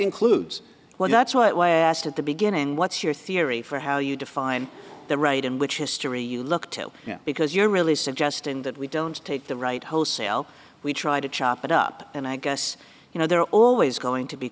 includes well that's what i asked at the beginning what's your theory for how you define the right and which history you look to because you're really suggesting that we don't take the right wholesale we try to chop it up and i guess you know there are always going to be